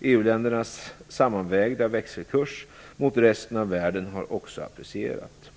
EU-ländernas sammanvägda växelkurs mot resten av världen har också apprecierat.